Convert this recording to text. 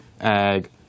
ag